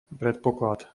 predpoklad